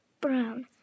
brown